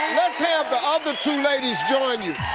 let's have the other two ladies join you.